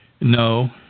No